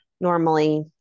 Normally